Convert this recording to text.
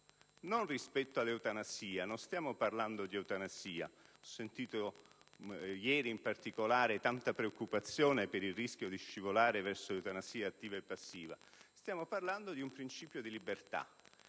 e del relatore. Non stiamo parlando di eutanasia (ho sentito, ieri in particolare, tanta preoccupazione per il rischio di scivolare verso l'eutanasia attiva e passiva), stiamo parlando di un principio di libertà: